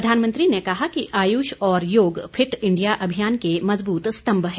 प्रधानमंत्री ने कहा है कि आयुष और योग फिट इंडिया अभियान के मजबूत स्तम्भ हैं